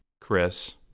Chris